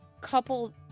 couple